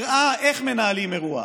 הראה איך מנהלים אירוע: